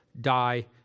die